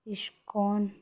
ISKCON